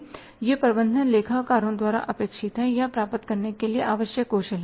यह प्रबंधन लेखा कारों द्वारा अपेक्षित है या प्राप्त करने के लिए आवश्यक कौशल है